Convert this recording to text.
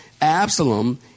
Absalom